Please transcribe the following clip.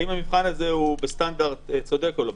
האם המבחן הזה הוא בסטנדרט צודק או לא.